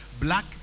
black